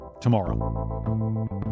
tomorrow